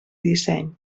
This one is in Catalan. disseny